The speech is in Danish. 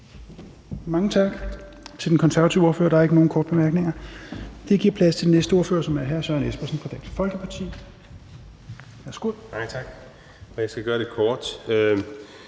Mange tak til den konservative ordfører. Der er ikke nogen korte bemærkninger. Det giver plads til den næste ordfører, som er hr. Søren Espersen fra Dansk Folkeparti. Værsgo. Kl. 21:26 (Ordfører) Søren